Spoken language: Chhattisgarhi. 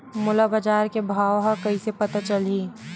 मोला बजार के भाव ह कइसे पता चलही?